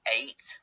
eight